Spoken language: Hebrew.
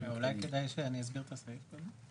אולי כדאי שאני אסביר את הסעיף הזה.